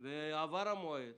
בזמן ועבר המועד,